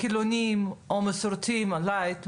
חילוניים או מסורתיים לייט,